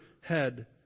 head